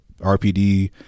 RPD